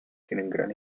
gran